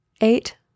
eight